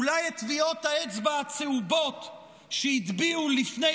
אולי את טביעות האצבע הצהובות שהטביעו לפני